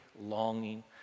longing